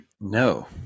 No